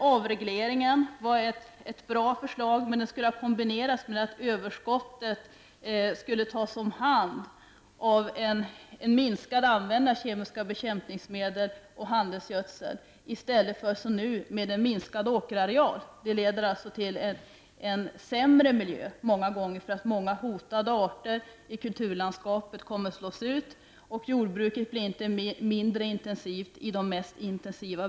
Avregleringen var ett bra förslag, men det skulle ha kombinerats med att överskottet togs om hand och med en minskad användning av kemiska bekämpningsmedel och handelsgödsel i stället för som nu med en minskad åkerareal. Det leder många gånger till en sämre miljö: Många hotade arter i kulturlandskapet kommer att slås ut, och jordbruket blir inte mindre intensivt i de bygder där det är mest intensivt.